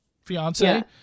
fiance